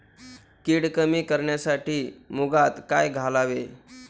कीड कमी करण्यासाठी मुगात काय घालावे?